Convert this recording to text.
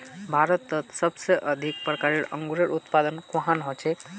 भारतत सबसे अधिक प्रकारेर अंगूरेर उत्पादन कुहान हछेक